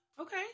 Okay